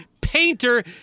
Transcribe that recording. painter